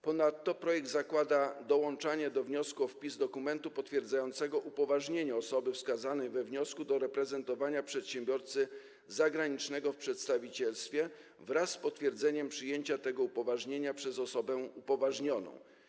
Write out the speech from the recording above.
Ponadto projekt zakłada dołączanie do wniosku o wpis dokumentu potwierdzającego upoważnienie osoby wskazanej we wniosku do reprezentowania przedsiębiorcy zagranicznego w przedstawicielstwie wraz z potwierdzeniem przyjęcia tego upoważnienia przez osobę upoważnioną.